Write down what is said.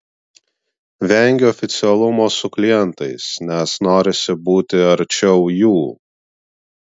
vengiu oficialumo su klientais nes norisi būti arčiau jų